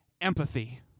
empathy